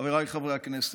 חבריי חברי הכנסת,